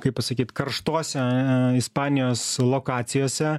kaip pasakyt karštuose ispanijos lokacijose